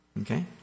Okay